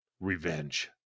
revenge